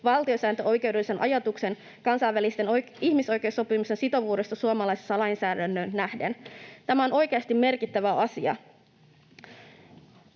valtiosääntöoikeudellisen ajatuksen kansainvälisten ihmisoikeussopimusten sitovuudesta suomalaiseen lainsäädäntöön nähden. Tämä on oikeasti merkittävä asia.